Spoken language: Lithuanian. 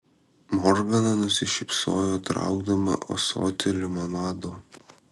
morgana nusišypsojo traukdama ąsotį limonado